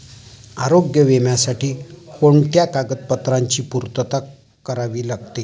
आरोग्य विम्यासाठी कोणत्या कागदपत्रांची पूर्तता करावी लागते?